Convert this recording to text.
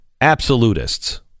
absolutists